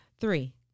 Three